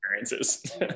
experiences